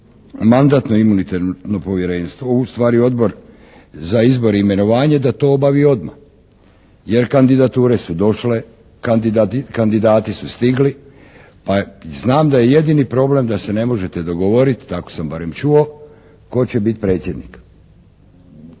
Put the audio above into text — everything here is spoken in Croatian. Mandatno-imunitetno povjerenstvo, u stvari Odbor za izbor i imenovanje da to odmah obavi. Jer kandidature su došle, kandidati su stigli pa znam da je jedini problem da se ne možete dogovoriti, tako sam barem čuo tko će biti predsjednik?